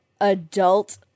adult